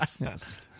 Yes